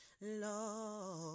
lord